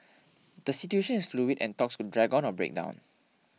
the situation is fluid and talks could drag on or break down